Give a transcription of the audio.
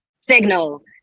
signals